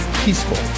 peaceful